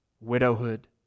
widowhood